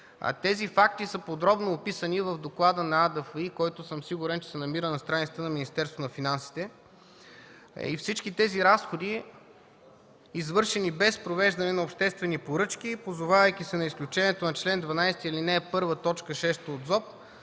Тези факти са подробно описани в доклада на АДФИ, който съм сигурен, че се намира на страницата на Министерството на финансите и всички тези разходи, извършени без провеждане на обществени поръчки, позовавайки се на изключението на чл. 12, ал. 1, т. 6 от